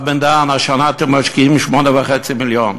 הרב בן-דהן, השנה אתם משקיעים 8.5 מיליון.